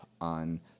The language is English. on